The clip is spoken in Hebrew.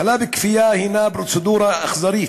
האכלה בכפייה הנה פרוצדורה אכזרית,